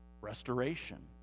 restoration